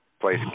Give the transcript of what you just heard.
place